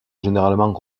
généralement